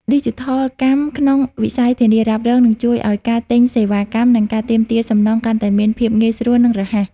ឌីជីថលកម្មក្នុងវិស័យធានារ៉ាប់រង នឹងជួយឱ្យការទិញសេវាកម្ម និងការទាមទារសំណងកាន់តែមានភាពងាយស្រួល និងរហ័ស។